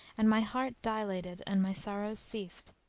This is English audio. and my heart dilated and my sorrows ceased,